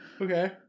Okay